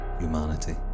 humanity